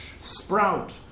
sprout